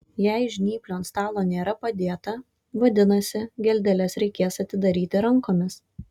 jei žnyplių ant stalo nėra padėta vadinasi geldeles reikės atidaryti rankomis